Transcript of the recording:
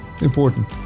important